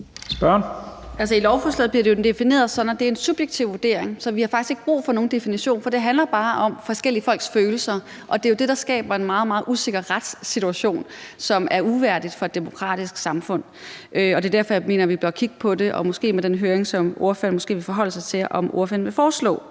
i lovforslaget bliver det jo defineret sådan, at det er en subjektiv vurdering. Så vi har faktisk ikke brug for nogen definition, for det handler bare om forskellige folks følelser, og det er jo det, der skaber en meget, meget usikker retssituation, som er uværdig for et demokratisk samfund. Det er derfor, jeg mener, vi bør kigge på det, måske med den høring, som ordføreren måske vil forholde sig til om ordføreren vil foreslå.